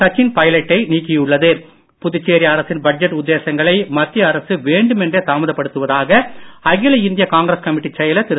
சச்சின் பைலட்டை நீக்கியுள்ளது புதுச்சேரி அரசின் பட்ஜெட் உத்தேசங்களை மத்திய அரசு வேண்டுமென்றே தாமதப்படுத்துவதாக அகில இந்திய காங்கிரஸ் கமிட்டி செயலர் திரு